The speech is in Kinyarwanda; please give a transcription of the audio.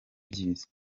byiza